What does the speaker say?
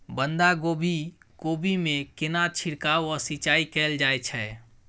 बंधागोभी कोबी मे केना छिरकाव व सिंचाई कैल जाय छै?